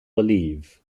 believe